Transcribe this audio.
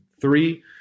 Three